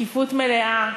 בשקיפות מלאה,